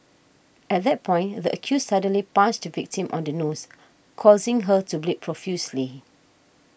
at that point the accused suddenly punched the victim on the nose causing her to bleed profusely